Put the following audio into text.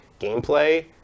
gameplay